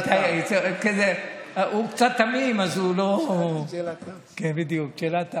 הוא קצת תמים, בדיוק, שאלת תם.